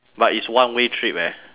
but it's one way trip eh